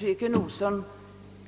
Herr talman!